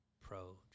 pro